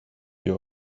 you